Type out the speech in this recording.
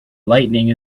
lighting